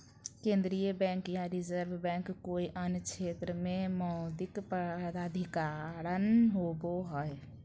केन्द्रीय बैंक या reserve bank कोय अन्य क्षेत्र के मौद्रिक प्राधिकरण होवो हइ